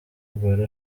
aguero